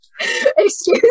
Excuse